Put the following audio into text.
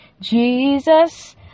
jesus